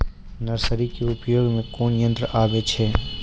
Nursery के उपयोग मे कोन यंत्र आबै छै?